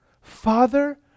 Father